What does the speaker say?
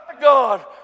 God